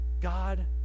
God